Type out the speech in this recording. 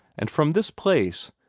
and from this place,